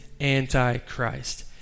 anti-Christ